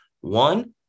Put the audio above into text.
One